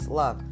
love